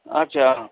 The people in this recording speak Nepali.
अच्छा